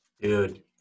Dude